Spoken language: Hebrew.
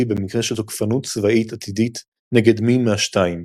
במקרה של תוקפנות צבאית עתידית נגד מי מהשתיים.